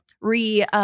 re